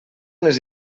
les